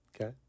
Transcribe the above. Okay